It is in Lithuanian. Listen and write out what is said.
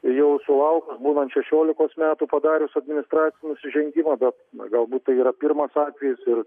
jau sulaukus būnant šešiolikos metų padarius administracinį nusižengimą bet galbūt tai yra pirmas atvejis ir